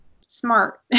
smart